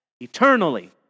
eternally